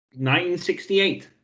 1968